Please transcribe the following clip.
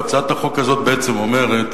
והצעת החוק הזו בעצם אומרת